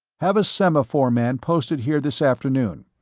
have a semaphore man posted here this afternoon.